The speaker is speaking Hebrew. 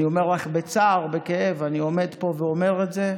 אני אומר לך, בצער וכאב, אני עומד פה ואומר את זה: